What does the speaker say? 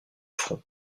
front